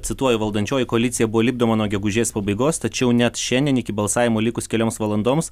cituoju valdančioji koalicija buvo lipdoma nuo gegužės pabaigos tačiau net šiandien iki balsavimo likus kelioms valandoms